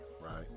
Right